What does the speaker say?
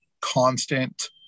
constant